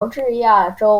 乔治亚州